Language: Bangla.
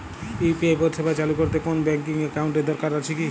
ইউ.পি.আই পরিষেবা চালু করতে কোন ব্যকিং একাউন্ট এর কি দরকার আছে?